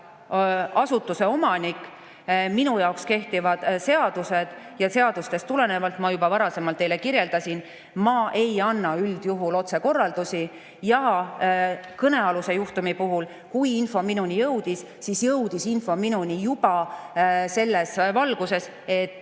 asutuse omanik. Minu jaoks kehtivad seadused ja seadustest tulenevalt – ma juba varasemalt teile kirjeldasin – ei anna ma üldjuhul otse korraldusi. Kui kõnealuse juhtumi kohta info minuni jõudis, siis jõudis info minuni juba selles valguses, et